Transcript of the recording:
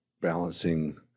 balancing